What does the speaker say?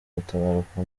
gutabaruka